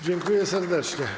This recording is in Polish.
Dziękuję serdecznie.